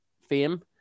fame